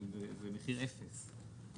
זה מחיר אפס.